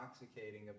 intoxicating